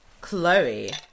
Chloe